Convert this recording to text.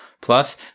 Plus